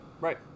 Right